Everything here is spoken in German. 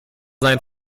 sein